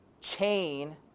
chain